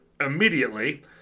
immediately